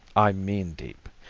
i mean deep.